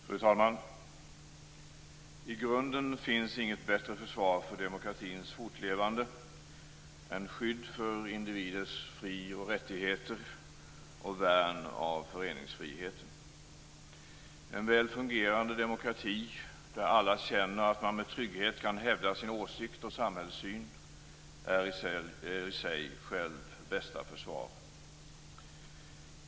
Fru talman! I grunden finns inget bättre försvar för demokratins fortlevande än skydd för individens frioch rättigheter och värn av föreningsfriheten. En väl fungerande demokrati där alla känner att man med trygghet kan hävda sin åsikt och samhällssyn är i sig själv bästa försvar.